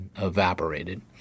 evaporated